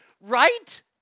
Right